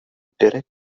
derek